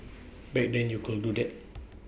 back then you could do that